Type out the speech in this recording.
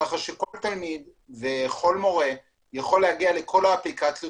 כך שכל תלמיד וכל מורה יכול להגיע לכל האפליקציות,